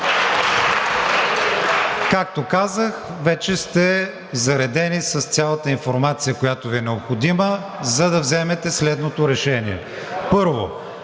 Както казах, вече сте заредени с цялата информация, която Ви е необходима, за да вземете следното решение: Първо